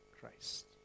Christ